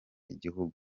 igihugu